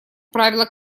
правило